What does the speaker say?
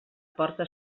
porta